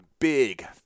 big